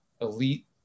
elite